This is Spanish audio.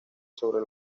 sobre